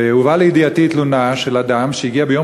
הובאה לידיעתי תלונה של אדם שהגיע ביום